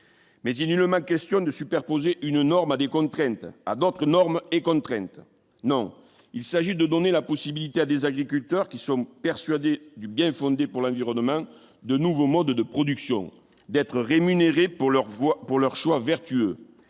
mais il nullement question de superposer une norme à des contraintes à d'autres normes et contrainte, non, il s'agit de donner la possibilité à des agriculteurs qui sont persuadés du bien-fondé pour l'environnement, de nouveaux modes de production, d'être rémunérés pour leurs voix pour leurs